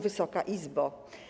Wysoka Izbo!